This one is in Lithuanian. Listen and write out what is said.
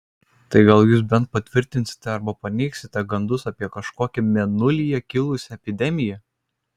tai gal jūs bent patvirtinsite arba paneigsite gandus apie kažkokią mėnulyje kilusią epidemiją